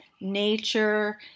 nature